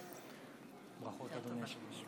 (חותם על ההצהרה)